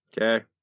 Okay